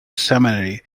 seminary